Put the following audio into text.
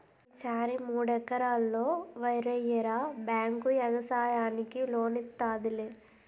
ఈ సారి మూడెకరల్లో వరెయ్యరా బేంకు యెగసాయానికి లోనిత్తాదిలే